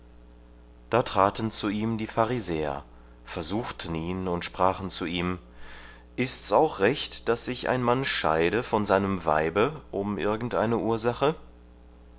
da traten zu ihm die pharisäer versuchten ihn und sprachen zu ihm ist's auch recht daß sich ein mann scheide von seinem weibe um irgendeine ursache